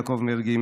יעקב מרגי,